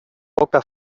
poca